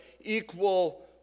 equal